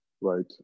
Right